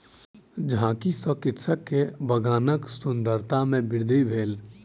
झाड़ी सॅ कृषक के बगानक सुंदरता में वृद्धि भेल